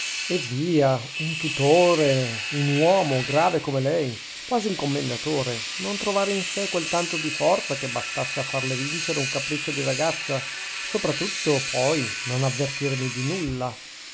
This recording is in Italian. eh via un tutore un uomo grave come lei quasi un commendatore non trovare in sè quel tanto di forza che bastasse a farle vincere un capriccio di ragazza sopra tutto poi non avvertirmi di nulla